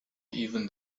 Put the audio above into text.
even